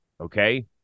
okay